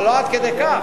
אבל לא עד כדי כך,